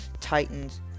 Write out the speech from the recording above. Titans